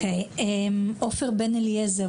עפר בן אליעזר,